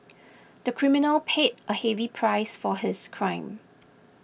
the criminal paid a heavy price for his crime